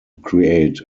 create